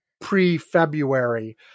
pre-February